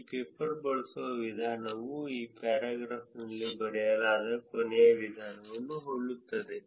ಈ ಪೇಪರ್ ಬಳಸುವ ವಿಧಾನವು ಈ ಪ್ಯಾರಾಗ್ರಾಫ್ನಲ್ಲಿ ಬರೆಯಲಾದ ಕೊನೆಯ ವಿಧಾನಕ್ಕೆ ಹೋಲುತ್ತದೆ